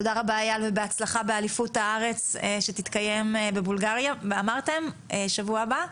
תודה רבה אייל ובהצלחה באליפות הארץ שתתקיים בבולגריה בשבוע הבא.